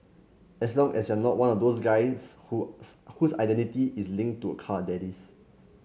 as long as you're not one of those guys whose whose identity is linked to a car that is